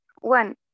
One